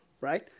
right